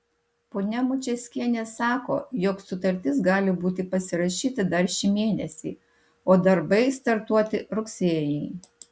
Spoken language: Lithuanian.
ponia mušeckienė sako jog sutartis gali būti pasirašyta dar šį mėnesį o darbai startuoti rugsėjį